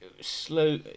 slow